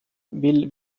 will